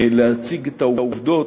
להציג את העובדות.